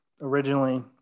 originally